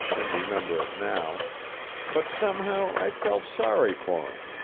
and remember it now but somehow i felt sorry for him,